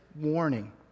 warning